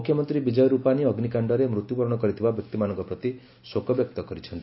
ମୁଖ୍ୟମନ୍ତ୍ରୀ ବିକ୍କୟ ରୁପାନୀ ଅଗ୍ନିକାଶ୍ଡରେ ମୃତ୍ୟୁବରଣ କରିଥିବା ବ୍ୟକ୍ତିମାନଙ୍କ ପ୍ରତି ଶୋକ ବ୍ୟକ୍ତ କରିଛନ୍ତି